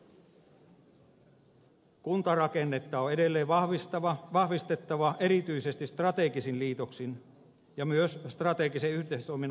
kuntarakennetta on edelleen vahvistettava erityisesti strategisin liitoksin ja myös strategisen yhteistoiminnan kautta